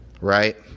Right